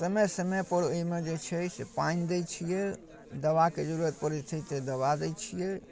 समय समयपर ओहिमे जे छै से पानि दै छिए दवाके जरूरत पड़ै छै से दवा दै छिए